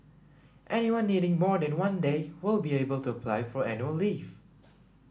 anyone needing more than one day will be able to apply for annual leave